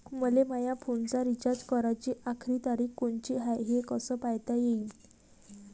मले माया फोनचा रिचार्ज कराची आखरी तारीख कोनची हाय, हे कस पायता येईन?